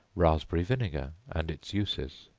raspberry vinegar, and its uses.